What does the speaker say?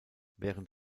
während